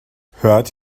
hört